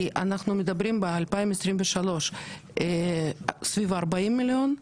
כי אנחנו מדברים ב-2023 סביב ה-40 מיליון,